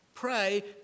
pray